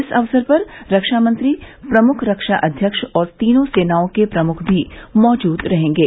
इस अवसर पर रक्षा मंत्री प्रमुख रक्षा अध्यक्ष और तीनों सेनाओं के प्रमुख भी मौजूद रहेंगे